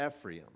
Ephraim